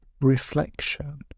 reflection